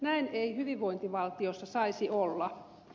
näin ei hyvinvointivaltiossa saisi olla